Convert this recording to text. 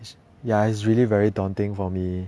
ya it's really very daunting for me